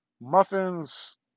muffins